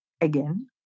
again